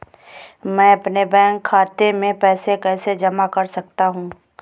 मैं अपने बैंक खाते में पैसे कैसे जमा कर सकता हूँ?